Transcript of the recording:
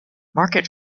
market